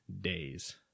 days